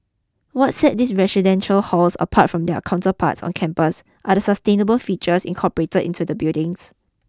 what set these residential halls apart from their counterparts on campus are the sustainable features incorporated into the buildings